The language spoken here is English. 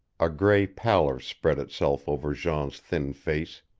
a gray pallor spread itself over jean's thin face.